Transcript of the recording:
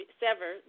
sever